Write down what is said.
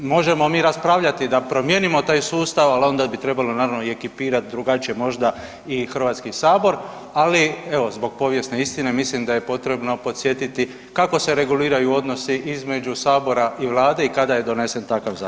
Možemo mi raspravljati da promijenimo taj sustav ali onda bi trebalo naravno i ekipirati drugačije možda i Hrvatski sabor, ali evo zbog povijesne istine mislim da je potrebno podsjetiti kako se reguliraju odnosi između sabora i Vlade i kada je donesen takav zakon.